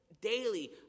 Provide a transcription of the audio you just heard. daily